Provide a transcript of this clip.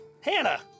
Hannah